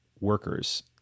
workers